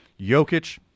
Jokic